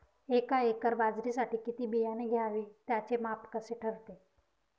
एका एकर बाजरीसाठी किती बियाणे घ्यावे? त्याचे माप कसे ठरते?